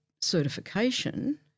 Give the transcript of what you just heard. certification